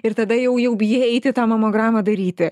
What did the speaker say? ir tada jau jau bijai eiti tą mamogramą daryti